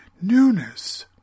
newness